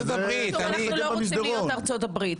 אנחנו לא רוצים להיות ארצות הברית.